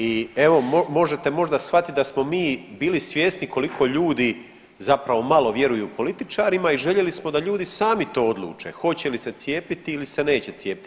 I evo možete možda shvatiti da smo mi bili svjesni koliko ljudi zapravo malo vjeruju političarima i željeli smo da ljudi sami to odluče hoće li se cijepiti ili se neće cijepiti.